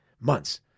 months